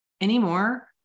anymore